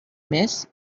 més